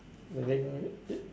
meaning